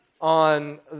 on